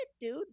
dude